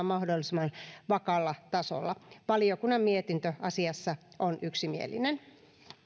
mahdollisimman vakaalla tasolla valiokunnan mietintö asiasta on yksimielinen